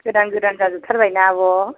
गोदान गोदान जाजोबथारबायना आब'